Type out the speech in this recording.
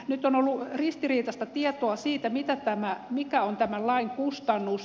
nyt on ollut ristiriitaista tietoa siitä mikä on tämän lain kustannus